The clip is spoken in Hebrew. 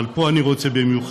אבל פה אני רוצה במיוחד.